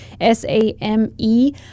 S-A-M-E